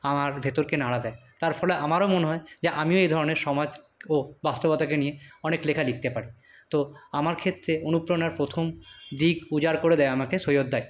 আমার ভেতরকে নাড়া দেয় তার ফলে আমারও মনে হয় যে আমিও এই ধরনের সমাজ ও বাস্তবতাকে নিয়ে অনেক লেখা লিখতে পারি তো আমার ক্ষেত্রে অনুপ্রেরণার প্রথম দিক উজাড় করে দেয় আমাকে সৈয়দদাই